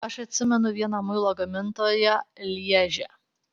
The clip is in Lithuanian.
aš atsimenu vieną muilo gamintoją lježe